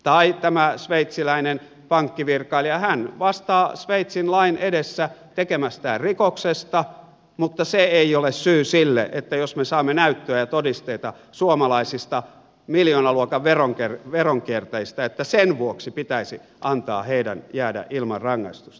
tai tämä sveitsiläinen pankkivirkailija hän vastaa sveitsin lain edessä tekemästään rikoksesta mutta se ei ole syy sille että jos me saamme näyttöä ja todisteita suomalaisista miljoonaluokan veronkiertäjistä niin sen vuoksi pitäisi antaa heidän jäädä ilman rangaistusta